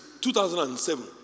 2007